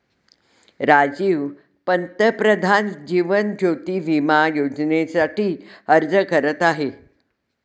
राजीव पंतप्रधान जीवन ज्योती विमा योजनेसाठी अर्ज करत आहे